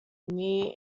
near